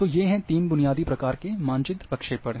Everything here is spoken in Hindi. तो ये हैं तीन बुनियादी प्रकार के मानचित्र प्रक्षेपण